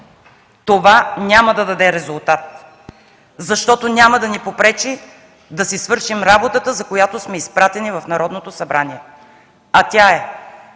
Това няма да даде резултат, защото няма да ни попречи да си свършим работата, за която сме изпратени в Народното събрание, а тя е